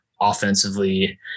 offensively